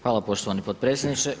Hvala poštovani potpredsjedniče.